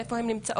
איפה הן נמצאות.